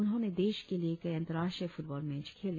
उन्होंने देश के लिए कई अंतर्रष्ट्रीय फुटबॉल मैच खेले